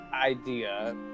idea